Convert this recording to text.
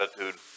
attitude